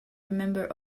remember